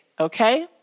okay